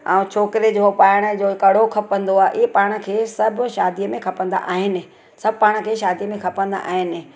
ऐं छोकिरे जो पाइण जो कड़ो खपंदो आहे इहे पाण खे सभु शादी में खपंदा आहिनि सभु पाण खे सभु शादी में खपंदा आहिनि